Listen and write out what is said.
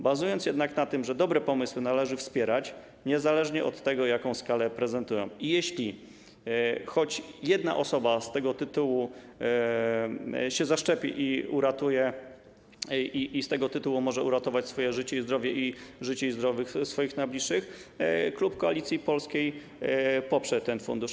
Bazując jednak na tym, że dobre pomysły należy wspierać, niezależnie od tego, jaką skalę prezentują - i jeśli choć jedna osoba z tego tytułu się zaszczepi i dzięki temu uratuje swoje życie i zdrowie i życie i zdrowie swoich najbliższych - klub Koalicji Polskiej poprze ten fundusz.